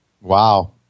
Wow